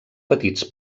petits